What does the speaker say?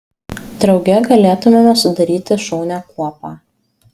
drauge galėtumėme sudaryti šaunią kuopą